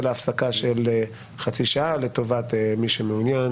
להפסקה של חצי שעה לטובת מי שמעוניין,